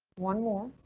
one more.